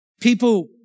People